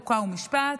חוק ומשפט,